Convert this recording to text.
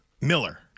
Miller